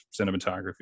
cinematography